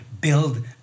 build